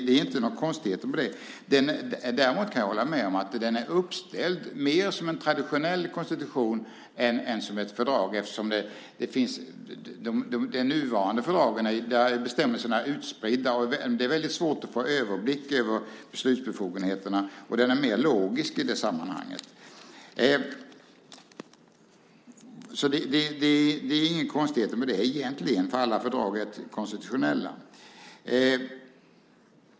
Det är inga konstigheter med det. Däremot kan jag hålla med om att den är uppställd mer som en traditionell konstitution än som ett fördrag. Det beror på att bestämmelserna i de nuvarande fördragen är utspridda och det därför är svårt att få en överblick över beslutsbefogenheterna. Den är mer logisk i det avseendet. Det är inga konstigheter med det eftersom alla fördrag är konstitutionella.